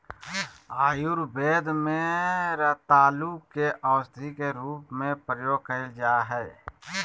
आयुर्वेद में रतालू के औषधी के रूप में प्रयोग कइल जा हइ